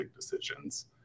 decisions